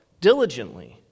Diligently